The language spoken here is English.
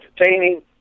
entertaining